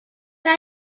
par